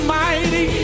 mighty